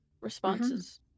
responses